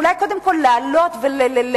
אולי קודם כול להעלות וליישר,